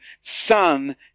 son